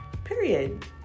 Period